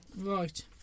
Right